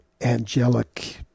Angelic